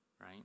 right